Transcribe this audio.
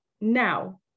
Now